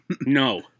No